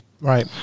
right